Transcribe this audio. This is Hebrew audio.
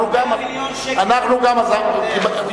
אנחנו גם עזרנו, 100 מיליון שקל.